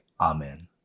amen